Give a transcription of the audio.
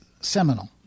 seminal